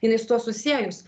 jinai su tuo susiejus